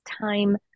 time